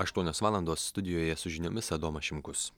aštuonios valandos studijoje su žiniomis adomas šimkus